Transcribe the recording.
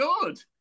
good